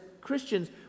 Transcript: Christians